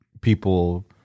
people